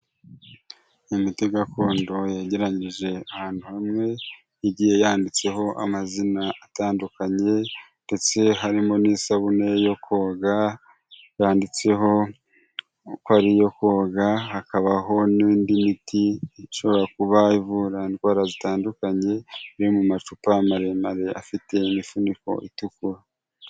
Imiti gakondo yegeranyije ahantu hamwe igiye yanditseho amazina atandukanye ndetse harimo n'isabune yo koga yanditseho ko ari iyo koga, hakabaho n'indi miti ishobora kubavura indwara zitandukanye yo mu macupa maremare afite imifuniko itukura.